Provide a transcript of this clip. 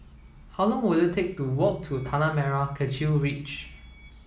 how long will it take to walk to Tanah Merah Kechil Ridge